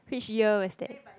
which year was that